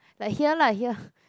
like here lah here